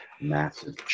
massive